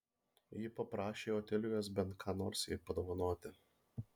ji paprašė otilijos bent ką nors jai padovanoti